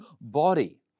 body